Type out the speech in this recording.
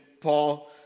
Paul